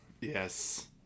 Yes